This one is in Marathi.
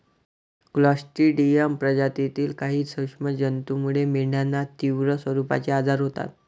क्लॉस्ट्रिडियम प्रजातीतील काही सूक्ष्म जंतूमुळे मेंढ्यांना तीव्र स्वरूपाचे आजार होतात